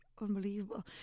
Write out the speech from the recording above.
unbelievable